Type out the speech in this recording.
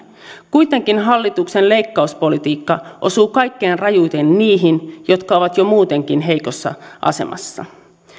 kuitenkin hallituksen leikkauspolitiikka osuu kaikkein rajuiten niihin jotka ovat jo muutenkin heikossa asemassa